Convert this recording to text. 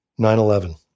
9-11